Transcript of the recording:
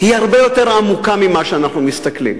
היא הרבה יותר עמוקה ממה שאנחנו מסתכלים.